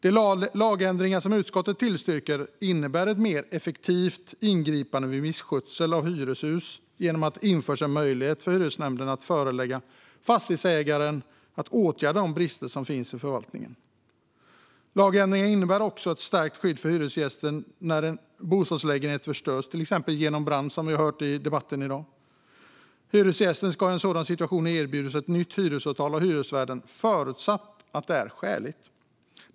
De lagändringar som utskottet tillstyrker innebär ett mer effektivt ingripande vid misskötsel av hyreshus genom att det införs en möjlighet för hyresnämnderna att förelägga fastighetsägaren att åtgärda brister i förvaltningen. Lagändringen innebär också ett stärkt skydd för hyresgäster när en bostadslägenhet förstörs genom exempelvis brand, som vi hört om tidigare i dag. Hyresgästen ska i en sådan situation erbjudas ett nytt hyresavtal av hyresvärden, förutsatt att det är skäligt.